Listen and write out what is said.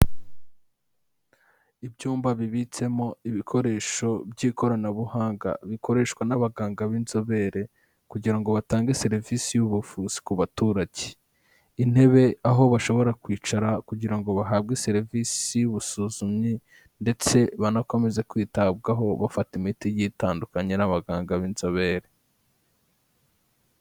Ibyumba bibitsemo ibikoresho by'ikoranabuhanga bikoreshwa n'abaganga b'inzobere kugira ngo batange serivisi y'ubuvuzi ku baturage. Intebe, aho bashobora kwicara kugira ngo bahabwe serivisi y'ubusuzumyi ndetse banakomeze kwitabwaho bafata imiti igiye itandukanye n'abaganga b'inzobere.